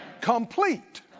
complete